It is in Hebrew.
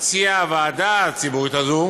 הציעה הוועדה הציבורית הזו